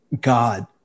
God